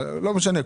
לא משנה,